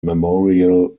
memorial